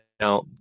now